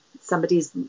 Somebody's